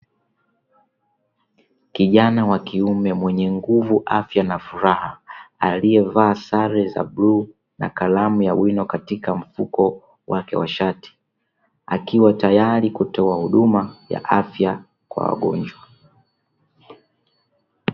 Kijna wakiume mwenye nguvu ,afya na furaha aliyevaa sare za bluu na karamu ya wino katika mfuko wake wa shati akiwa tayari kutoa huduma ya afya kwa wagonjwa.